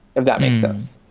if that makes sense.